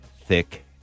thick